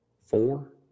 four